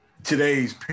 Today's